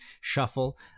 shuffle